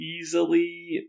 easily